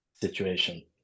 situation